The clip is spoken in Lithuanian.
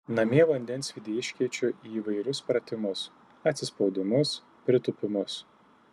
namie vandensvydį iškeičiu į įvairius pratimus atsispaudimus pritūpimus